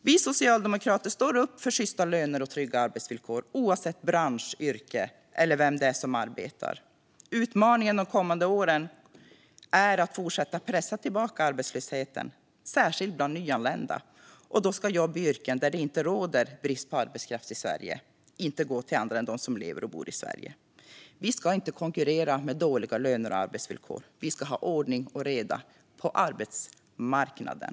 Vi socialdemokrater står upp för sjysta löner och trygga arbetsvillkor, oavsett bransch, yrke eller vem det är som arbetar. Utmaningen de kommande åren är att fortsätta pressa tillbaka arbetslösheten, särskilt bland nyanlända. Då ska inte jobb i yrken där det inte råder brist på arbetskraft i Sverige gå till andra än de som lever och bor i Sverige. Vi ska inte konkurrera med låga löner och dåliga arbetsvillkor. Vi ska ha ordning och reda på arbetsmarknaden.